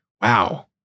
Wow